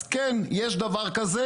אז כן, יש דבר כזה.